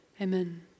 Amen